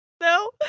no